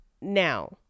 Now